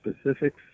specifics